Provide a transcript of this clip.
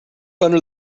under